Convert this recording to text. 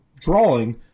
drawing